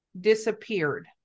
disappeared